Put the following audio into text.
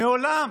מעולם